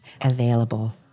available